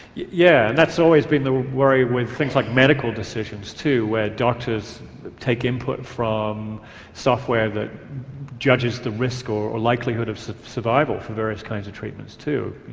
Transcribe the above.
yeah that's always been the worry with things like medical decisions, too, where doctors take input from software that judges the risk or the likelihood of survival for various kinds of treatments, too.